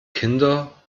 kinder